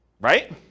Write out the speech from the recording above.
right